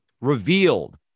revealed